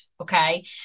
Okay